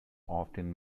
often